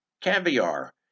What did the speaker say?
caviar